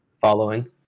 Following